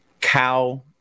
cow